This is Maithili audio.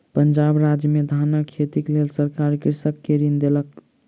पंजाब राज्य में धानक खेतीक लेल सरकार कृषक के ऋण देलक